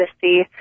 see